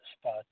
spot